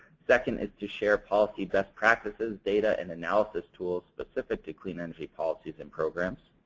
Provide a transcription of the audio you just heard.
second is to share policy best practices, data, and analysis tools specific to clean energy policies and programs.